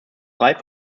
frei